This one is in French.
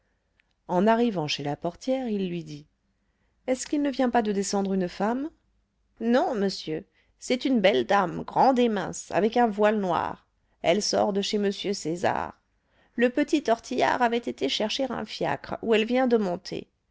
en arrivant chez la portière il lui dit est-ce qu'il ne vient pas de descendre une femme non monsieur c'est une belle dame grande et mince avec un voile noir elle sort de chez m césar le petit tortillard avait été chercher un fiacre où elle vient de monter